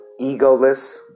egoless